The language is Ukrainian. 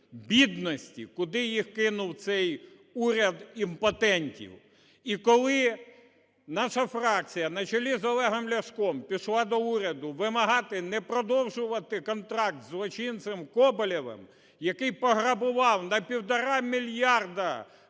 бідності, куди їх кинув цей уряд імпотентів. І коли наша фракція на чолі з Олегом Ляшком пішла до уряду вимагати не продовжувати контракт зі злочинцем Коболєвим, який пограбував на 1,5 мільярди